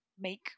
make